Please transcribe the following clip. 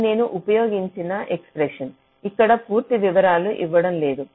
ఇది నేను ఉపయోగించిన ఎక్స్ప్రెషన్ ఇక్కడ పూర్తి వివరాలు ఇవ్వడం లేదు